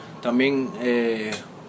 también